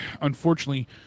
unfortunately